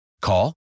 Call